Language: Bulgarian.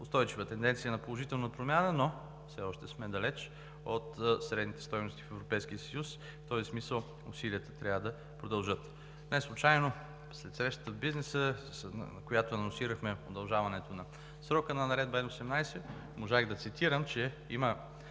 устойчива тенденция на положителна промяна, но все още сме далеч от средните стойности в Европейския съюз. В този смисъл усилията трябва да продължат. Неслучайно след срещата с бизнеса, на която анонсирахме продължаването на Наредба Н-18, можах да цитирам, че има